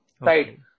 right